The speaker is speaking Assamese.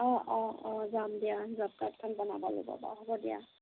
অ অ অ যাম দিয়া যাম জব কাৰ্ডখন বনাব লাগিব বাৰু হ'ব দিয়া